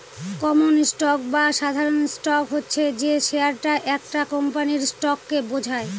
common stock বা সাধারণ stock হচ্ছে যে শেয়ারটা একটা কোম্পানির স্টককে বোঝায়